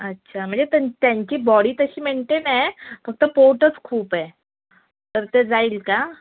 अच्छा म्हणजे तर त्यांची बॉडी तशी मेंटेन आहे फक्त पोटच खूप आहे तर ते जाईल का